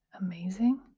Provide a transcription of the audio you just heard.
amazing